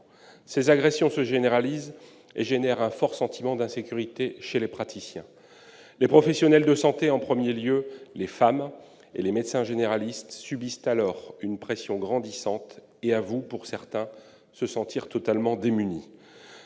Ces agressions se généralisent et suscitent un fort sentiment d'insécurité chez les praticiens. Les professionnels de santé, en premier lieu les femmes et les médecins généralistes, subissent une pression grandissante et avouent, pour certains, se sentir totalement démunis.